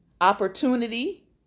opportunity